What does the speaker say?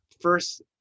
first